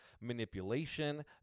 manipulation